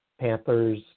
Panthers